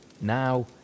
Now